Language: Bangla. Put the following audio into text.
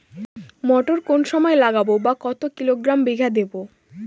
মটর কোন সময় লাগাবো বা কতো কিলোগ্রাম বিঘা দেবো?